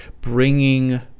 bringing